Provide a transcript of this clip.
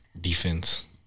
defense